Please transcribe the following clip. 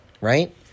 right